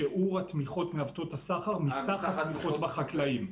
זה שיעור התמיכות מעוותות הסחר מסך התמיכות בחקלאים.